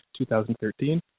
2013